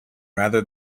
rather